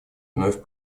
вновь